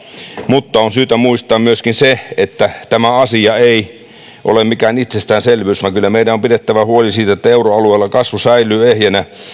mutta on syytä muistaa myöskin se että tämä asia ei ole mikään itsestäänselvyys vaan kyllä meidän on pidettävä huoli siitä että euroalueella kasvu säilyy ehjänä